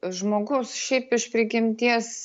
žmogus šiaip iš prigimties